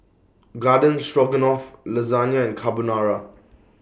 Garden Stroganoff Lasagna and Carbonara